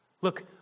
look